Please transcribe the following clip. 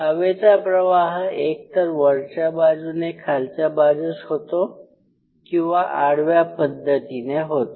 हवेचा प्रवाह एक तर वरच्या बाजूने खालच्या बाजूस होतो किंवा आडव्या पद्धतीने होतो